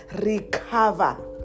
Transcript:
recover